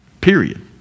Period